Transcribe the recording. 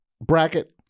bracket